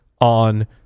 on